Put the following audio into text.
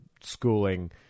schooling